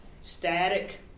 static